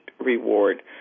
reward